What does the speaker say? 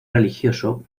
religioso